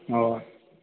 हँ